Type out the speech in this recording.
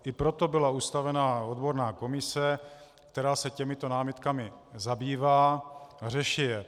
I proto byla ustavena odborná komise, která se těmito námitkami zabývá a řeší je.